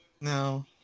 No